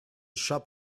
shop